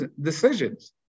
decisions